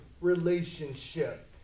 relationship